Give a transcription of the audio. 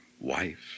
wife